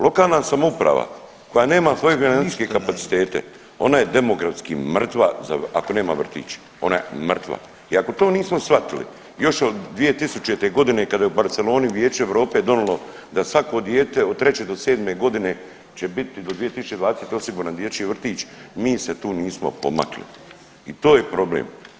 Lokalna samouprava koja nema svoje … kapacitete ona je demografski mrtva ako nema vrtić, ona je mrtva i ako to nismo shvatili još od 2000.g. kada je u Barceloni Vijeće Europe donijelo da svako dijete od 3. do 7. godine će biti do 2020. osiguran dječji vrtić, mi se tu nismo pomakli i to je problem.